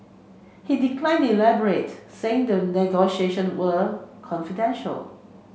he declined to elaborate saying the negotiation were confidential